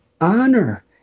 honor